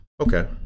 Okay